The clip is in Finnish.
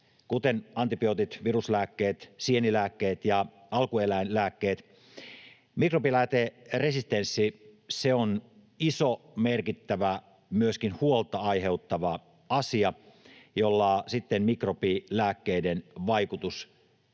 kuten antibiootit, viruslääkkeet, sienilääkkeet ja alkueläinlääkkeet: Mikrobilääkeresistenssi on iso, merkittävä, myöskin huolta aiheuttava asia. Siinä muodostuu